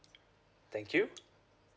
thank you